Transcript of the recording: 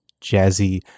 jazzy